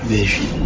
vision